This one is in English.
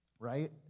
right